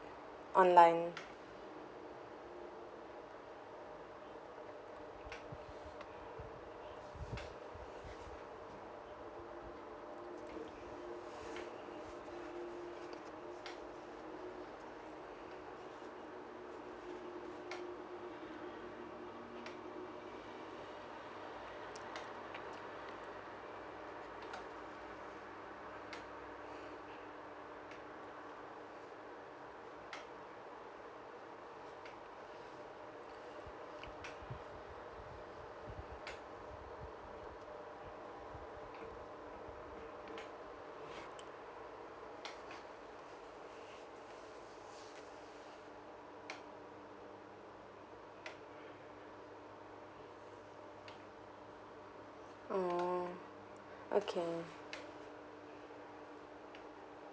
online